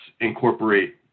incorporate